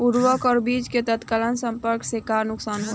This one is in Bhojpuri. उर्वरक और बीज के तत्काल संपर्क से का नुकसान होला?